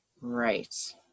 Right